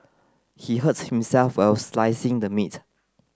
he hurts himself while slicing the meat